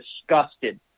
disgusted